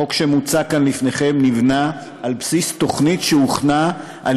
החוק שמוצע כאן לפניכם נבנה על בסיס תוכנית שהוכנה על